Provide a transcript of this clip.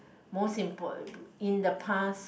most impor~ in the past